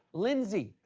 lindsay,